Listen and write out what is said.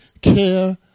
care